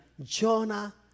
Jonah